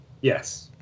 Yes